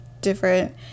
different